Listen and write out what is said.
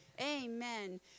Amen